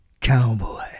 cowboy